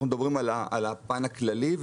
אנחנו מדברים על הפן הכללי,